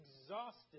exhausted